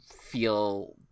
feel